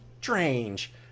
Strange